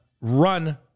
run